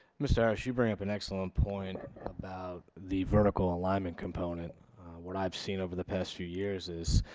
mr. harris should bring up an excellent point about the vertical alignment component what i've seen over the past few years is